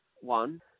one